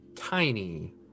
tiny